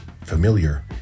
familiar